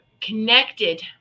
connected